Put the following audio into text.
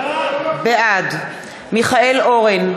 בעד מיכאל אורן,